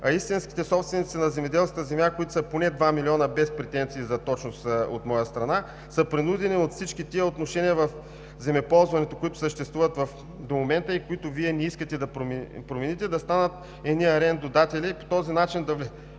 а истинските собственици на земеделска земя, които са поне 2 милиона, без претенции за точност от моя страна, са принудени от всички отношения в земеползването, които съществуват до момента, и които Вие не искате да промените, да станат едни арендодатели и по този начин да влязат